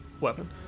weapon